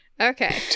Okay